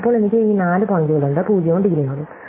അപ്പോൾ എനിക്ക് ഈ നാല് പോയിന്റുകൾ ഉണ്ട് 0 ഉം ഡിഗ്രി നോഡും